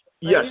Yes